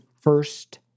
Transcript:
first